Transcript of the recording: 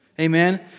Amen